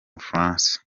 bufaransa